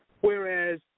Whereas